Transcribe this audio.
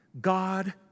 God